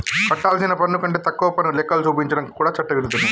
కట్టాల్సిన పన్ను కంటే తక్కువ పన్ను లెక్కలు చూపించడం కూడా చట్ట విరుద్ధమే